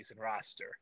roster